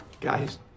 Guys